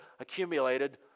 accumulated